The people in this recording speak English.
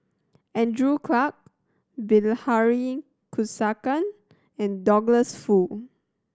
Andrew Clarke Bilahari Kausikan and Douglas Foo